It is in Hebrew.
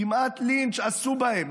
כמעט לינץ' עשו בהם.